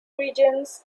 regions